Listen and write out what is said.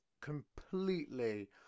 completely